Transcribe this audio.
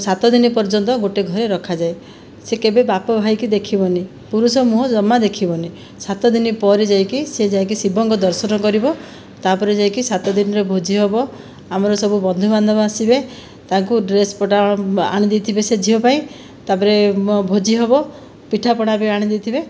ସାତ ଦିନ ପର୍ଯ୍ୟନ୍ତ ଗୋଟିଏ ଘରେ ରଖାଯାଏ ସେ କେବେ ବାପ ଭାଇକୁ ଦେଖିବନାହିଁ ପୁରୁଷ ମୁହଁ ଜମା ଦେଖିବନାହିଁ ସାତ ଦିନ ପରେ ଯାଇକି ସେ ଯାଇକି ଶିବଙ୍କ ଦର୍ଶନ କରିବ ତା'ପରେ ଯାଇକି ସାତ ଦିନରେ ଭୋଜି ହେବ ଆମର ସବୁ ବନ୍ଧୁବାନ୍ଧବ ଆସିବେ ତାଙ୍କୁ ଡ୍ରେସ୍ ପଟା ଆଣି ଦେଇଥିବେ ସେ ଝିଅ ପାଇଁ ତା'ପରେ ଭୋଜି ହେବ ପିଠା ପଣା ବି ଆଣି ଦେଇଥିବେ